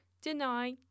deny